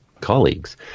colleagues